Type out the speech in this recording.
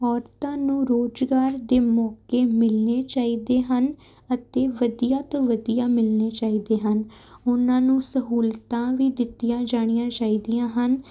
ਔਰਤਾਂ ਨੂੰ ਰੁਜ਼ਗਾਰ ਦੇ ਮੌਕੇ ਮਿਲਣੇ ਚਾਹੀਦੇ ਹਨ ਅਤੇ ਵਧੀਆ ਤੋਂ ਵਧੀਆ ਮਿਲਣੇ ਚਾਹੀਦੇ ਹਨ ਉਹਨਾਂ ਨੂੰ ਸਹੂਲਤਾਂ ਵੀ ਦਿੱਤੀਆਂ ਜਾਣੀਆਂ ਚਾਹੀਦੀਆਂ ਹਨ